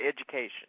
education